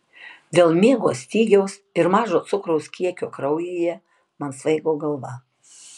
dėl miego stygiaus ir mažo cukraus kiekio kraujyje man svaigo galva